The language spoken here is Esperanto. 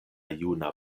juna